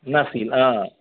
নাছিল অঁ